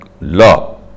law